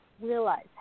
realize